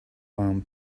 palm